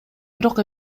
бирок